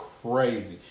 crazy